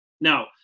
Now